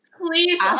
Please